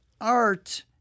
art